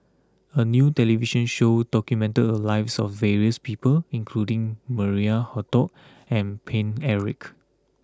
a new television show documented the a lives of various people including Maria Hertogh and Paine Eric